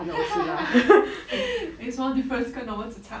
有什么 difference 跟 normal zi char